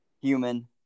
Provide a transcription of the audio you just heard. Human